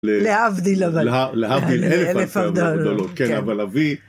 להבדיל אבל, להבדיל אלף הבדלות. כן אבל אבי.